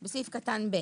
בסעיף קטן (ב)